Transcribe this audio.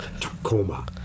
Tacoma